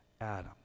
Adam